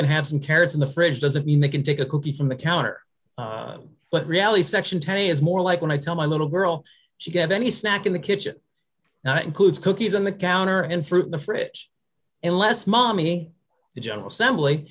can have some carrots in the fridge doesn't mean they can take a cookie from the counter but reality section twenty is more like when i tell my little girl she get any snack in the kitchen now includes cookies on the counter and fruit the fridge and less money the general